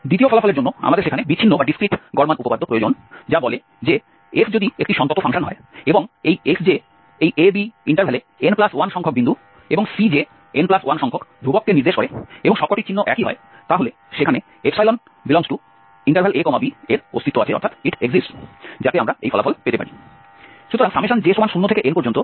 দ্বিতীয় ফলাফলের জন্য আমাদের সেখানে বিচ্ছিন্ন গড় মান উপপাদ্য প্রয়োজন যা বলে যে f যদি একটি সন্তত ফাংশন হয় এবং এই xj এই a b ইন্টারভ্যালে n1 সংখ্যক বিন্দু এবং Cj n1 সংখ্যক ধ্রুবককে নির্দেশ করে এবং সবকটির চিহ্ন একই হয় তাহলে সেখানে ξ∈ab এর অস্তিত্ব আছে যাতে আমরা এই ফলাফল পেতে পারি